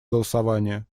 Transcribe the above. голосования